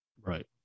right